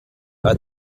are